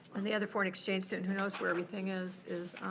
the other foreign exchange student, who knows where everything is, is